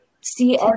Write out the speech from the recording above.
see